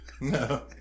No